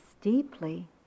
deeply